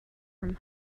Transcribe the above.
from